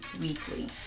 weekly